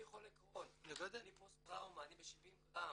אני חולה קרוהן, אני פוסט טראומה, אני ב-70 גרם.